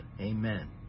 Amen